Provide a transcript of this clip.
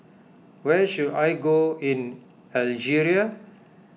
where should I go in Algeria